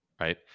right